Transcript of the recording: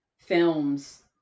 films